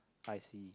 I see